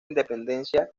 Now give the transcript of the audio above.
independencia